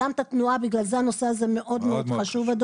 לכן הנושא הזה מאוד חשוב.